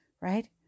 right